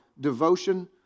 devotion